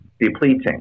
depleting